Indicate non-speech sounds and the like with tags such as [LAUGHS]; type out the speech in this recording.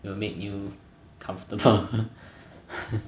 it will make you comfortable [LAUGHS]